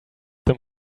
them